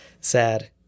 Sad